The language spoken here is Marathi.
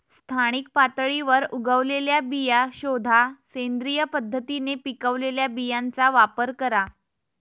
स्थानिक पातळीवर उगवलेल्या बिया शोधा, सेंद्रिय पद्धतीने पिकवलेल्या बियांचा वापर करा